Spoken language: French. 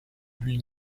lui